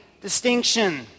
distinction